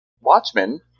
Watchmen